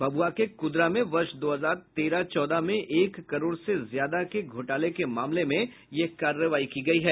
भभुआ के कुदरा में वर्ष दो हजार तेरह चौदह में एक करोड़ से ज्यादा के घोटाले के मामले में यह कार्रवाई की गयी है